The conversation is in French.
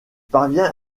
parvint